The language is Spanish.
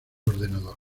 ordenador